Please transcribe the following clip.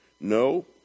No